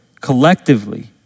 collectively